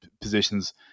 positions